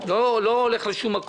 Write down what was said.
אז מה עשינו?